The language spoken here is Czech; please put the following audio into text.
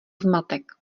zmatek